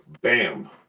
BAM